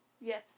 Yes